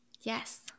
Yes